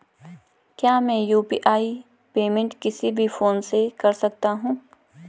क्या मैं UPI payment किसी भी फोन से कर सकता हूँ?